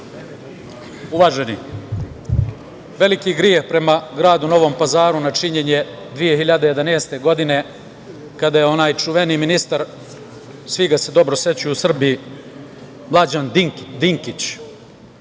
Uvaženi, veliki greh prema gradu Novom Pazaru načinjen je 2011. godine, kada je onaj čuveni ministar, svi ga se dobro sećaju u Srbiji, Mlađan Dinkić,